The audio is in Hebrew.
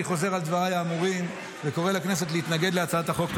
אני חוזר על דבריי האמורים וקורא לכנסת להתנגד להצעת החוק.